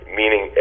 meaning